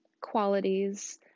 qualities